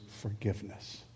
forgiveness